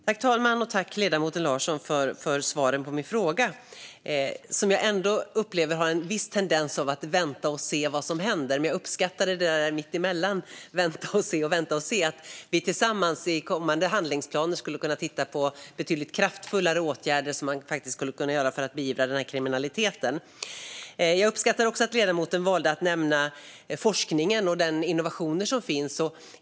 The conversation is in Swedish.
Fru talman! Tack, ledamoten Larsson, för svaren på min fråga! Jag upplever att det finns en viss tendens att vänta och se vad som händer, men jag uppskattade det som fanns där emellan, att vi tillsammans i kommande handlingsplaner skulle kunna titta på betydligt kraftfullare åtgärder för att beivra kriminaliteten. Jag uppskattar att ledamoten valde att nämna forskningen och den innovation som finns.